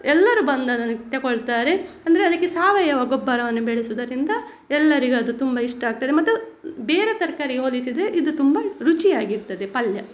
ಎಲ್ಲರು ಬಂದದನ್ನು ತಕೊಳ್ತಾರೆ ಅಂದರೆ ಅದಕ್ಕೆ ಸಾವಯವ ಗೊಬ್ಬರವನ್ನು ಬೆಳೆಸೋದರಿಂದ ಎಲ್ಲರಿಗು ಅದು ತುಂಬಾ ಇಷ್ಟ ಆಗ್ತದೆ ಮತ್ತು ಬೇರೆ ತರಕಾರಿಗೆ ಹೋಲಿಸಿದರೆ ಇದು ತುಂಬಾ ರುಚಿಯಾಗಿರ್ತದೆ ಪಲ್ಯ